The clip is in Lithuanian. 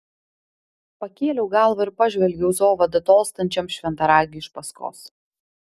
pakėliau galvą ir pažvelgiau zovada tolstančiam šventaragiui iš paskos